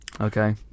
Okay